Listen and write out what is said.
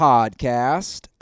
Podcast